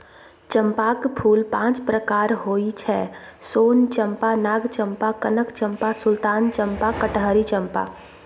चंपाक फूल पांच प्रकारक होइ छै सोन चंपा, नाग चंपा, कनक चंपा, सुल्तान चंपा, कटहरी चंपा